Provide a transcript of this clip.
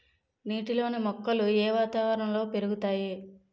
నీటిలోని మొక్కలు ఏ వాతావరణంలో పెరుగుతాయి?